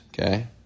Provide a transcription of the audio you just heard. okay